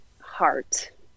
heart